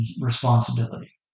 responsibility